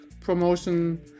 promotion